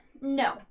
No